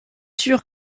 sûr